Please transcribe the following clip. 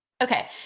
Okay